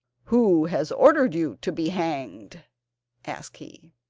who has ordered you to be hanged asked he.